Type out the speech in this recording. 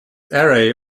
array